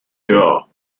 dehors